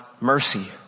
mercy